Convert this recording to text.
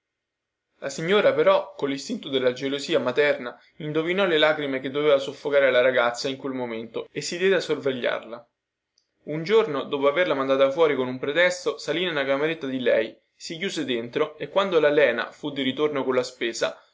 la signora però collistinto della gelosia materna indovinò le lacrime che doveva soffocare la ragazza in quel momento e si diede a sorvegliarla un giorno dopo averla mandata fuori con un pretesto salì nella cameretta di lei si chiuse dentro e quando la lena fu di ritorno colla spesa